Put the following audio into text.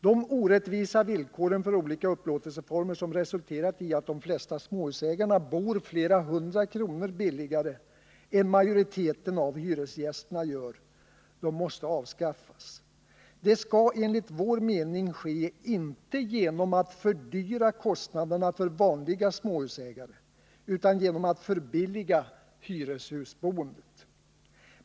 De orättvisa villkoren för olika upplåtelseformer, som resulterat i att de flesta småhusägarna bor flera hundra kronor billigare än majoriteten av hyresgästerna gör, måste avskaffas. Det skall enligt vår mening ske inte genom att fördyra kostnaderna för vanliga småhusägare utan genom att förbilliga hyreshusboendet.